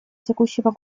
текущего